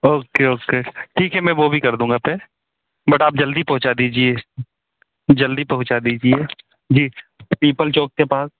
okay okay ठीक है मैं वो भी कर दूँगा पे बट आप जल्दी पहुंचा दीजिए जल्दी पहुँचा दीजिए जी पीपल चौक के पास